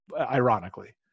Ironically